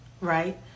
right